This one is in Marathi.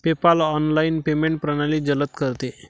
पेपाल ऑनलाइन पेमेंट प्रणाली जलद करते